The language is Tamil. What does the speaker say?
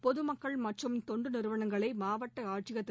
பொதுமக்கள் மற்றும் தொண்டு நிறுவனங்களை மாவட்ட ஆட்சியர் திரு